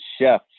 chef